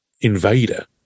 invader